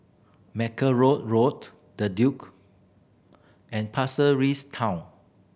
Mackerrow Road The Duke and Pasir Ris Town